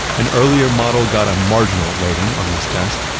an earlier model got a marginal rating on this test,